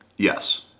Yes